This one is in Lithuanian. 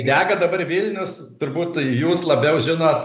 dega dabar vilnius turbūt jūs labiau žinot